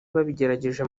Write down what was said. babigerageje